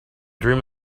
dream